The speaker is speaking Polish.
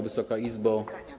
Wysoka Izbo!